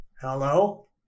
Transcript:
hello